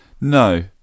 no